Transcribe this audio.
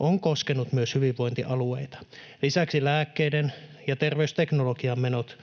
on koskenut myös hyvinvointialueita. Lisäksi lääkkeiden ja terveysteknologian menot